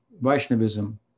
Vaishnavism